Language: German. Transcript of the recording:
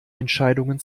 entscheidungen